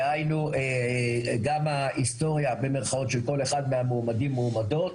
דהיינו גם ההיסטוריה במרכאות של כל אחד מהמועמדים והמועמדות,